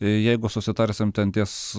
jeigu susitarsim ten ties